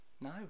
No